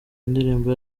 indirimbo